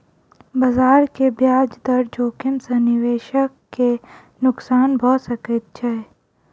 बजार के ब्याज दर जोखिम सॅ निवेशक के नुक्सान भ सकैत छै